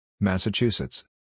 Massachusetts